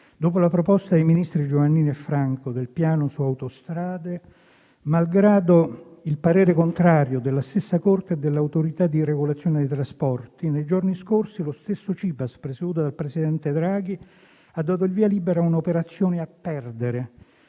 dopo la proposta dei ministri Giovannini e Franco del piano su Autostrade, malgrado il parere contrario della stessa Corte e dell'Autorità di regolazione dei trasporti, nei giorni scorsi lo stesso CIPES, presieduto dal presidente Draghi, ha dato il via libera a un'operazione a perdere,